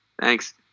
Thanks